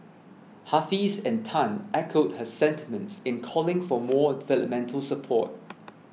Hafiz and Tan echoed her sentiments in calling for more developmental support